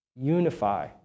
unify